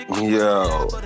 yo